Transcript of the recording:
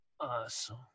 Awesome